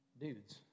dudes